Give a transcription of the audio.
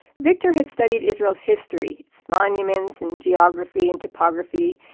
victor had studied israel's history, it's monuments and geography and topography.